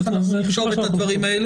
אנחנו נרשום את הדברים האלה.